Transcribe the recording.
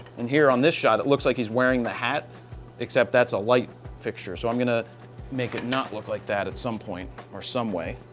and here on this shot, it looks like he's wearing the hat except that's a light fixture. so, i'm going to make it not look like that at some point or some way.